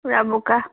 পুৰা বোকা